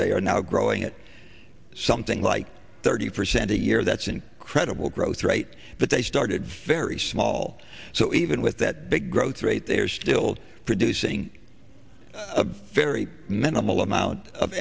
they are now growing it something like thirty percent a year that's incredible growth rate but they started fairy small so even with that big growth rate they are still producing a very minimal amount of